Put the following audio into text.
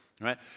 right